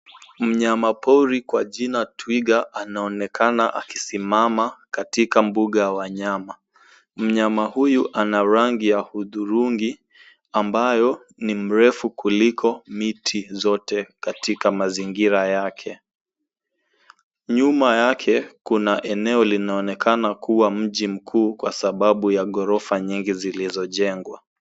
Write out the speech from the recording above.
Mnyama pori kwa jina twiga anaonekana akisimama katika mbuga wa wanyama. Mnyama huyu ana rangi ya hudhurungi ambayo ni mrefu kuliko miti zote katika mazingira yake. Nyuma yake kuna eneo linaonekana kuwa mji mkuu kwa sababu ya ghorofa nyingi zilizojengwa.